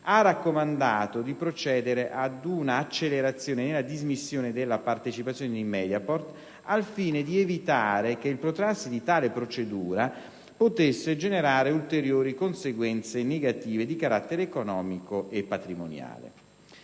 ha raccomandato di procedere ad una accelerazione nella dismissione della partecipazione in Mediaport al fine di evitare che il protrarsi di tale procedura potesse generare ulteriori conseguenze negative di carattere economico e patrimoniale.